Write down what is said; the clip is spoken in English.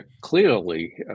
clearly